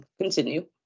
continue